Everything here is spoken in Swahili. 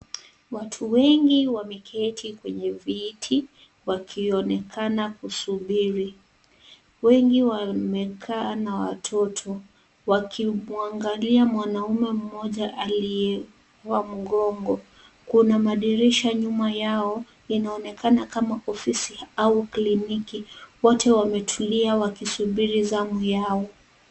Watu wengi wameketi kwenye viti wakionekana kusubiri. Wengi wamekaa na watoto wakimwangalia mwanaume mmoja aliyekuwa mgongo. Kuna dirisha nyuma yao inaonekana kama ofisi au kliniki. Wote wametulia wakisuburi zamu yao.